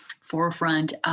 forefront